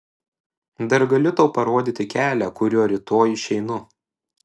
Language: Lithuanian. dar galiu tau parodyti kelią kuriuo rytoj išeinu